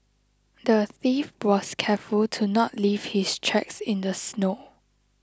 the thief was careful to not leave his tracks in the snow